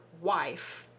wife